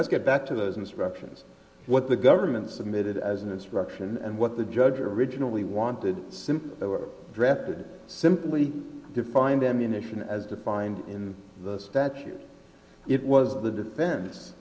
let's get back to those instructions what the government submitted as an instruction and what the judge originally wanted since they were drafted simply defined ammunition as defined in the statute it was the defense